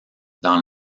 dans